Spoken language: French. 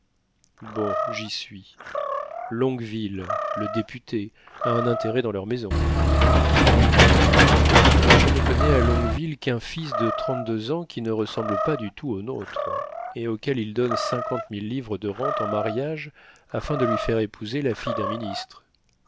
bon j'y suis longueville le député a un intérêt dans leur maison oui mais je ne connais à longueville qu'un fils de trente-deux ans qui ne ressemble pas du tout au nôtre et auquel il donne cinquante mille livres de rente en mariage afin de lui faire épouser la fille d'un ministre